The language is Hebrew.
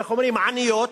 איך אומרים, העניות,